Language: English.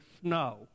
snow